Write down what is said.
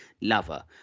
lover